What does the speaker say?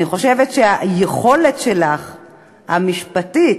אני חושבת שהיכולת המשפטית